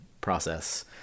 process